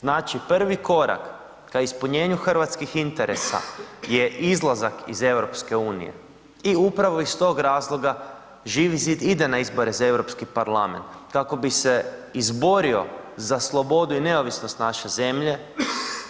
Znači prvi korak ka ispunjenju hrvatskih interesa je izlazak iz EU i upravo iz tog razloga Živi zid ide na izbore za Europski parlament, kako bi se izborio za slobodu i neovisnost naše zemlje,